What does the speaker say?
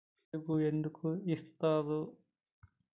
జిలుగు ఎందుకు ఏస్తరు?